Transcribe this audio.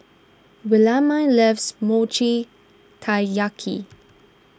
Williemae loves Mochi Taiyaki